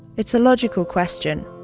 it's a logical question,